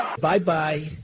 Bye-bye